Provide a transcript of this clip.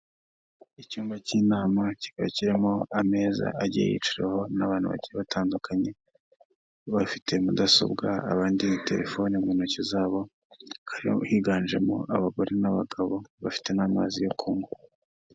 Icyumba cy'inama kikaba kirimo ameza agiye yiciraho n'abantu bagiye batandukanye bafite mudasobwa abandi telefoni mu ntoki zabo, higanjemo abagore n'abagabo bafite n'amazi yo kunywa.